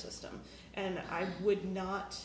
system and i would not